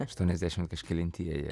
aštuoniasdešimt kažkelintieji